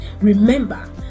Remember